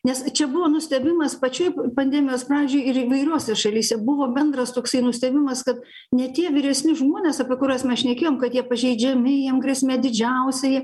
nes čia buvo nustebimas pačioj pandemijos pradžioj ir įvairiose šalyse buvo bendras toksai nustebimas kad ne tie vyresni žmonės apie kuriuos mes šnekėjom kad jie pažeidžiami jiem grėsmė didžiausia jie